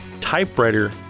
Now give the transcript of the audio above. typewriter